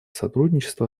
сотрудничество